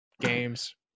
games